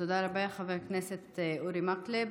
תודה רבה לחבר הכנסת אורי מקלב.